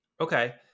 okay